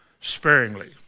sparingly